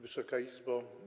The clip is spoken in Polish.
Wysoka Izbo!